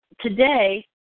today